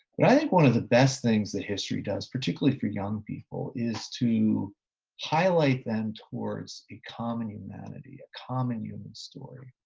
but i think one of the best things that history does, particularly for young people is to highlight them towards a common humanity, a common human story.